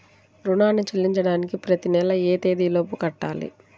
రుణాన్ని చెల్లించడానికి ప్రతి నెల ఏ తేదీ లోపు కట్టాలి?